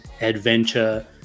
adventure